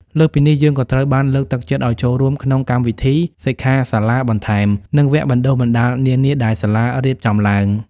លើសពីនេះ យើងក៏ត្រូវបានលើកទឹកចិត្តឲ្យចូលរួមក្នុងកម្មវិធីសិក្ខាសាលាបន្ថែម និងវគ្គបណ្តុះបណ្តាលនានាដែលសាលារៀបចំឡើង។